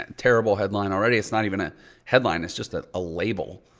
terrible headline already. it's not even a headline. it's just ah a label.